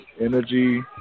Energy